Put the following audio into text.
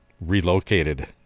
relocated